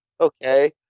Okay